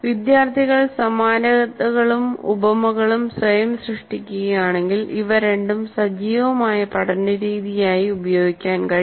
വിദ്യാർത്ഥികൾ സമാനതകളും ഉപമകളും സ്വയം സൃഷ്ടിക്കുകയാണെങ്കിൽ ഇവ രണ്ടും സജീവമായ പഠന രീതിയായി ഉപയോഗിക്കാൻ കഴിയും